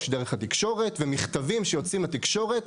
דרך התקשורת ומכתבים שיוצאים בתקשורת,